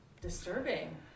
Disturbing